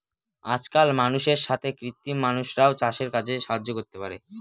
আজকাল মানুষের সাথে কৃত্রিম মানুষরাও চাষের কাজে সাহায্য করতে পারে